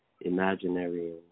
imaginary